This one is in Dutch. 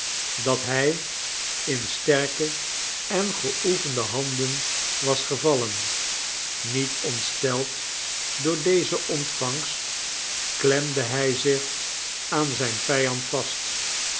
dat hij in sterke en geoefende handen was gevallen niet ontsteld door deze ontvangst klemde hij zich aan zijn vijand vast